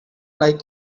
like